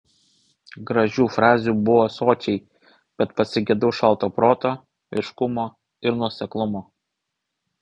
gražių frazių buvo sočiai bet pasigedau šalto proto aiškumo ir nuoseklumo